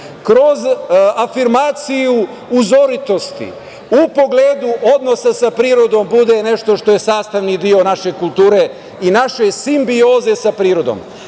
kroz afirmaciju uzoritosti u pogledu odnosa sa prirodom bude nešto što je sastavni deo naše kulture i naše simbioze sa prirodom.